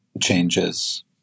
changes